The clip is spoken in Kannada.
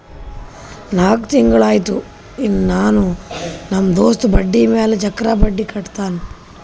ನಾಕ್ ತಿಂಗುಳ ಆಯ್ತು ಇನ್ನಾನೂ ನಮ್ ದೋಸ್ತ ಬಡ್ಡಿ ಮ್ಯಾಲ ಚಕ್ರ ಬಡ್ಡಿ ಕಟ್ಟತಾನ್